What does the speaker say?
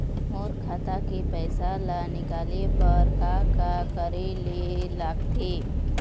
मोर खाता के पैसा ला निकाले बर का का करे ले लगथे?